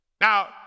Now